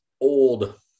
Old